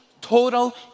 total